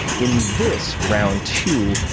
in this, round two,